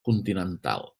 continental